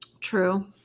True